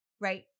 right